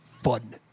fun